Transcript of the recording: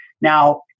now